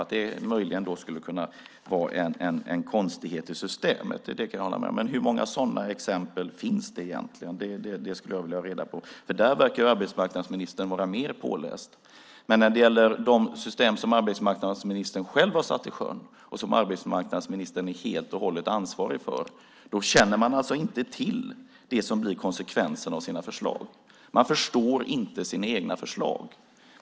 Det skulle möjligen kunna vara en konstighet i systemet. Det kan jag hålla med om. Men hur många sådana exempel finns det egentligen? Det skulle jag vilja få reda på. Där verkar arbetsmarknadsministern vara mer påläst. Men när det gäller de system som arbetsmarknadsministern själv har satt i sjön och som han är helt och hållet ansvarig för känner han alltså inte till vad som blir konsekvenserna av förslagen. Han förstår inte sina egna förslag.